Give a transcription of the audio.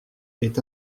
est